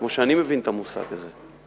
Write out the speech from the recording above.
כמו שאני מבין את המושג הזה,